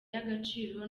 y’agaciro